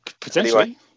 Potentially